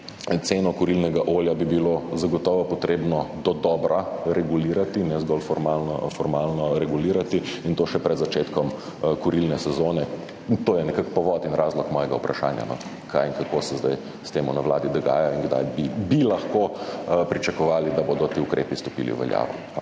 Ceno kurilnega olja bi bilo zagotovo potrebno dodobra regulirati, ne zgolj formalno regulirati, in to še pred začetkom kurilne sezone. To je nekako povod in razlog mojega vprašanja, no, kaj in kako se zdaj s tem na Vladi dogaja in kdaj bi lahko pričakovali, da bodo ti ukrepi stopili v veljavo.